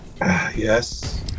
Yes